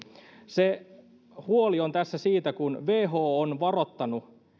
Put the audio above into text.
se huoli on tässä siitä kun who on varoittanut